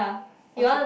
or should